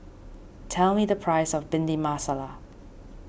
tell me the price of Bhindi Masala